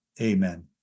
Amen